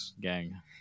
gang